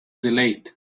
delayed